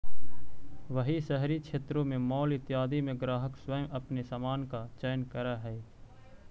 वहीं शहरी क्षेत्रों में मॉल इत्यादि में ग्राहक स्वयं अपने सामान का चयन करअ हई